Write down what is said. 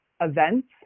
events